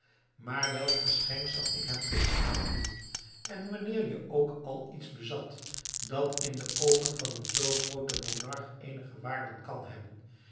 maar welk geschenk zou ik hem kunnen aanbieden en wanneer je ook al iets bezat dat in de oogen van een zoo grooten monarch eenige waarde kan hebben